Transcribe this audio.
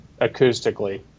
acoustically